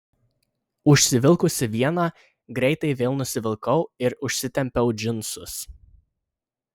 užsivilkusi vieną greitai vėl nusivilkau ir užsitempiau džinsus